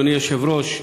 אדוני היושב-ראש,